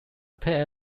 pair